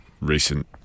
recent